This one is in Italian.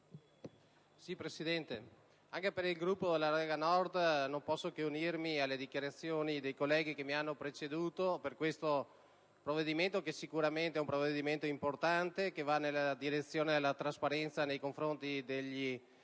Presidente, a nome del Gruppo della Lega Nord, non posso che unirmi alle dichiarazioni dei colleghi che mi hanno preceduto su questo provvedimento, che sicuramente è importante e va nella direzione della trasparenza nei confronti di